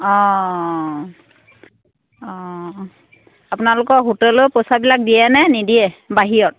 অঁ অঁ আপোনালোকৰ সুতেলৈ পইচাবিলাক দিয়ে নে নিদিয়ে বাহিৰত